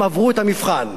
הם עברו את המבחן,